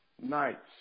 Nights